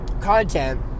content